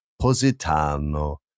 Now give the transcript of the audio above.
Positano